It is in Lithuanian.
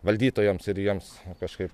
valdytojams ir jiems kažkaip